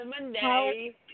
Monday